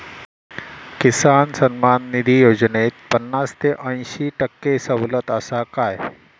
किसान सन्मान निधी योजनेत पन्नास ते अंयशी टक्के सवलत आसा काय?